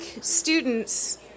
students